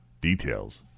details